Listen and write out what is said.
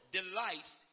delights